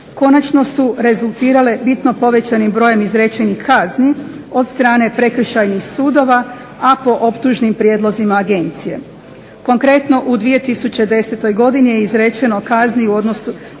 konačno su rezultirale bitno povećanim brojem izrečenih kazni od strane prekršajnih sudova, a po optužnim prijedlozima agencije. Konkretno u 2010.godini je izrečeno kazni u iznosu